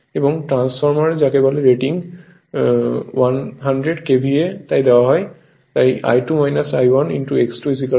এবং ট্রান্সফরমার যাকে বলে রেটিং 100 KVA তাই দেওয়া হয় তাই I2 I 1 X2 100 1000 হয়